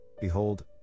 behold